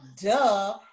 duh